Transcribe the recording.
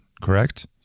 correct